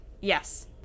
Yes